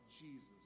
Jesus